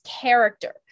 character